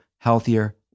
healthier